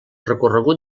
recorregut